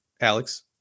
Alex